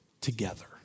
together